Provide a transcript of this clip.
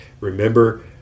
Remember